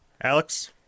Alex